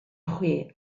chwi